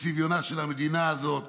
בצביונה של המדינה הזאת.